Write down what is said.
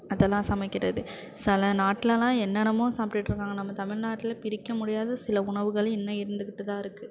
அதெல்லாம் சமைக்கிறது சில நாட்டிலலாம் என்னென்னமோ சாப்பிட்டுட்ருக்காங்க நம்ம தமிழ்நாட்ல பிரிக்க முடியாத சில உணவுகள் இன்னும் இருந்துக்கிட்டுதான் இருக்குது